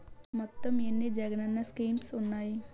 మొత్తం ఎన్ని జగనన్న స్కీమ్స్ ఉన్నాయి?